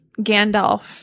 Gandalf